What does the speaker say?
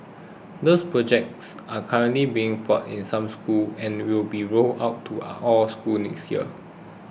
these projects are currently being piloted in some school and will be rolled out to all schools next year